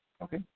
Okay